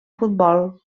futbol